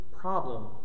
problem